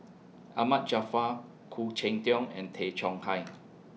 Ahmad Jaafar Khoo Cheng Tiong and Tay Chong Hai